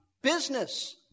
business